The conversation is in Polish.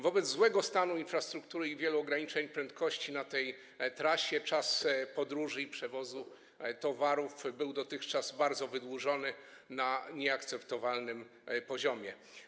Wobec złego stanu infrastruktury i wielu ograniczeń prędkości na tej trasie czas podróży i przewozu towarów był dotychczas bardzo wydłużony, był na nieakceptowalnym poziomie.